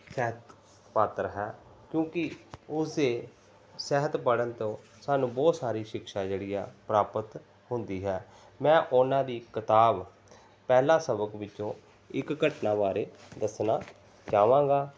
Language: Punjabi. ਸਾਹਿਤਕ ਪਾਤਰ ਹੈ ਕਿਉਂਕਿ ਉਸੇ ਸਾਹਿਤ ਪੜ੍ਹਨ ਤੋਂ ਸਾਨੂੰ ਬਹੁਤ ਸਾਰੀ ਸ਼ਿਕਸ਼ਾ ਜਿਹੜੀ ਆ ਪ੍ਰਾਪਤ ਹੁੰਦੀ ਹੈ ਮੈਂ ਉਹਨਾਂ ਦੀ ਕਿਤਾਬ ਪਹਿਲਾ ਸਬਕ ਵਿੱਚੋਂ ਇੱਕ ਘਟਨਾ ਬਾਰੇ ਦੱਸਣਾ ਚਾਹਵਾਂਗਾ